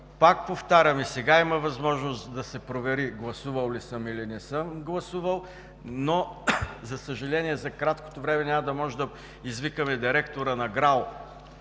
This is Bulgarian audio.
Пак повтарям: и сега има възможност да се провери „гласувал съм“ или „не съм гласувал“, но, за съжаление, за краткото време няма да можем да извикаме директора на ГРАО,